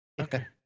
Okay